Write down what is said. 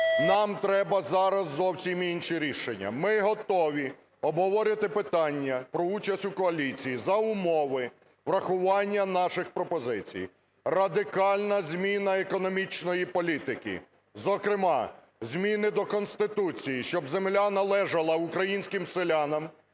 Нам треба зараз зовсім інші рішення. Ми готові обговорювати питання про участь у коаліції за умови врахування наших пропозицій: радикальна зміна економічної політики, зокрема зміни до Конституції, щоб земля належала українським селянам;